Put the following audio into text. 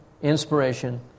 inspiration